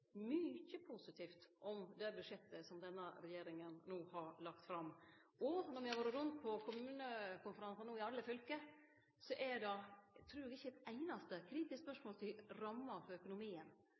mykje positivt om det budsjettet som denne regjeringa no har lagt fram. Når me har vore rundt på kommunekonferansar i alle fylke, trur eg ikkje det har vore eit einaste kritisk